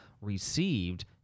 received